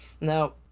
Now